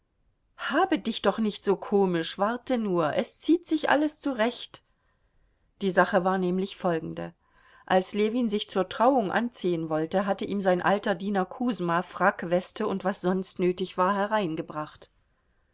habe dich doch nicht so komisch warte nur es zieht sich alles zurecht die sache war nämlich folgende als ljewin sich zur trauung anziehen wollte hatte ihm sein alter diener kusma frack weste und was sonst nötig war hereingebracht